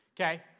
okay